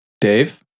Dave